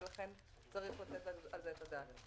ולכן צריך לתת על זה את הדעת.